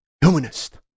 humanist